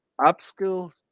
upskill